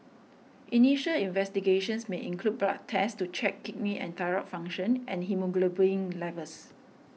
initial investigations may include blood tests to check kidney and thyroid function and haemoglobin levels